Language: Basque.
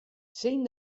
zein